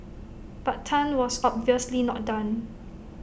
but Tan was obviously not done